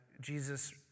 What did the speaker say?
Jesus